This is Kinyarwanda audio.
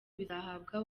bizahabwa